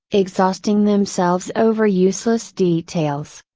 exhausting themselves over useless details.